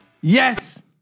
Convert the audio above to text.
yes